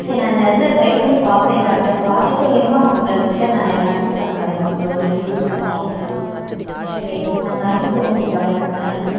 சரி நான் இந்த இதுலாம் ட்ரை பண்ணி பார்க்குறேன் டாக்டர் பார்த்துட்டு வேணுனா உங்கள் கிட்டே நான் கன்சல்ட் பண்ண வர்றேன் டாக்டர் எப்படி இருக்குதுன்னு okay ah thank you so much doctor thank you